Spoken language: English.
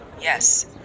yes